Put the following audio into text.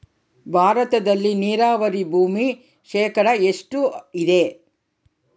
ಭಾರತದಲ್ಲಿ ನೇರಾವರಿ ಭೂಮಿ ಶೇಕಡ ಎಷ್ಟು ಇದೆ?